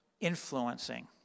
influencing